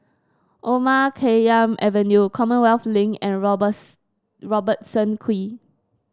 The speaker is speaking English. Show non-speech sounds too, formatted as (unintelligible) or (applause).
Omar Khayyam Avenue Commonwealth Link and (unintelligible) Robertson Quay